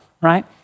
right